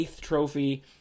Trophy